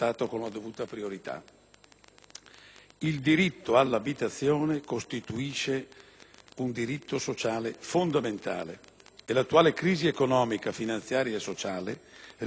Il diritto all'abitazione costituisce un diritto sociale fondamentale e l'attuale crisi economica, finanziaria e sociale rischia di minare questo principio.